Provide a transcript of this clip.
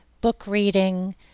book-reading